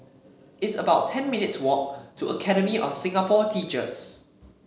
it's about ten minutes' walk to Academy of Singapore Teachers